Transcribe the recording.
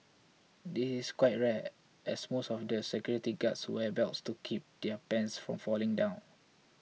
this is quite rare as most other security guards wear belts to keep their pants from falling down